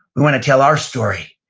we wanna tell our story.